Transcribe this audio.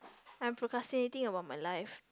I'm procrastinating about my life